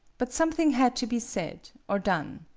but something had to be said or done.